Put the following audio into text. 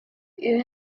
you